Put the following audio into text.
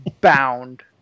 bound